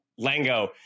Lango